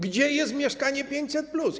Gdzie jest Mieszkanie 500+?